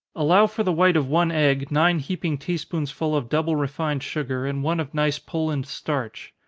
allow for the white of one egg nine heaping tea-spoonsful of double refined sugar, and one of nice poland starch.